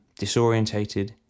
disorientated